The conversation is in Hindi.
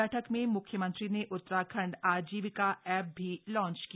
बैठक में मुख्यमंत्री ने उत्तराखण्ड आजीविका एप भी लॉन्च किया